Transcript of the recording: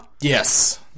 Yes